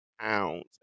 pounds